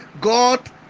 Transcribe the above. god